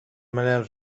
manel